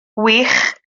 wych